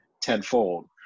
tenfold